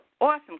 awesome